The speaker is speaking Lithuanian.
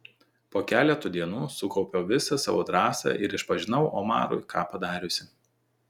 po keleto dienų sukaupiau visą savo drąsą ir išpažinau omarui ką padariusi